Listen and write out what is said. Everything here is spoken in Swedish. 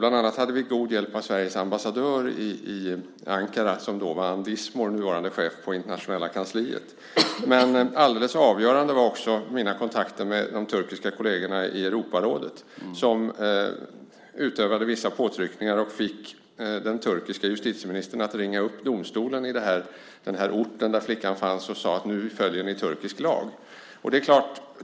Bland annat hade vi god hjälp av Sveriges ambassadör i Ankara som då var Ann Dismorr, nuvarande chef på internationella kansliet. Alldeles avgörande var dock också mina kontakter med de turkiska kollegerna i Europarådet, som utövade vissa påtryckningar och fick den turkiske justitieministern att ringa upp domstolen på den ort där flickan fanns och säga att nu följer ni turkisk lag!